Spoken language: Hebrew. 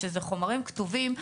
שזה חומרים כתובים,